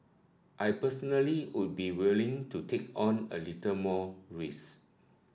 I personally would be willing to take on a little more risk